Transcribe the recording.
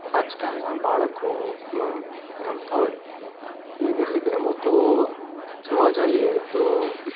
આજકાલના બાળકો રમતા હોય તો એ કેટલીક રમતો જોવા જઈએ તો